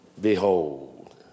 behold